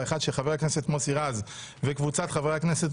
ורוטמן כדי ----- של חבר הכנסת מוסי רז וקבוצת חברי הכנסת,